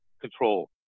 control